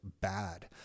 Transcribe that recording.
bad